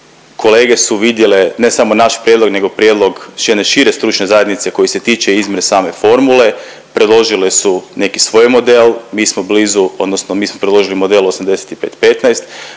kolege su vidjele ne samo naš prijedlog nego prijedlog još jedne šire stručne zajednice koji se tiče izmjene same formule, predložile su neki svoj model, mi smo blizu odnosno mi smo predložili model 85-15,